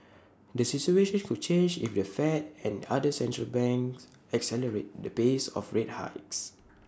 the situation could change if the fed and other central banks accelerate the pace of rate hikes